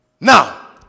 Now